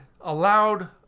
allowed